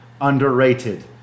underrated